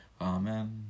Amen